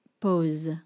pause